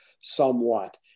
somewhat